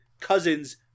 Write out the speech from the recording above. cousin's